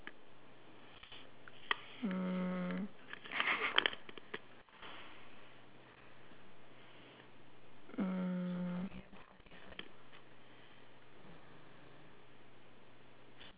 mm mm